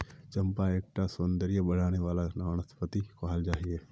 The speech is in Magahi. चंपा एक टा सौंदर्य बढाने वाला वनस्पति कहाल गहिये